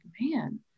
man